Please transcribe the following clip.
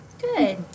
Good